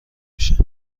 میشه